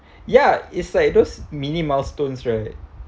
ya is like those mini milestones right